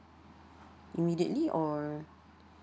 immediately or